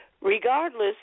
Regardless